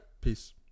peace